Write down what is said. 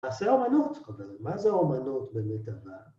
תעשי אמנות, מה זה אמנות במיטבה?